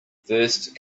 first